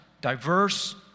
Diverse